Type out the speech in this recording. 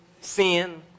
sin